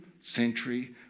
century